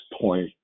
point